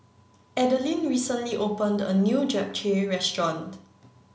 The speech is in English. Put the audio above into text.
Adelyn recently opened a new Japchae restaurant